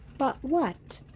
but what?